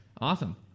Awesome